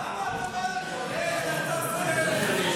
למה אתה בא לפה?